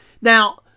Now